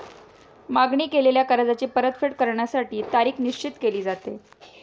मागणी केलेल्या कर्जाची परतफेड करण्यासाठी तारीख निश्चित केली जाते